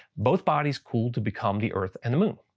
both bodies pool to become the earth and the moon.